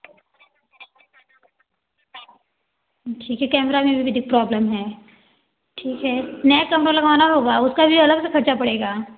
ठीक है कैमरा में भी दि प्रोब्लम है ठीक है नया कैमरा लगाना होगा उसका भी अलग से खर्चा पड़ेगा